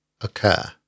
occur